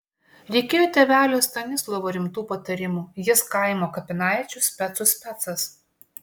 reikėjo tėvelio stanislovo rimtų patarimų jis kaimo kapinaičių specų specas